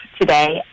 today